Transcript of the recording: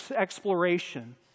exploration